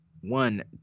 one